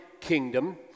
kingdom